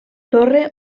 torre